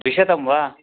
द्विशतं वा